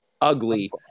ugly